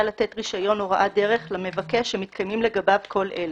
לתת רישיון הוראת דרך למבקש שמתקיימים לגביו כל אלה: